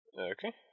Okay